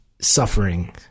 suffering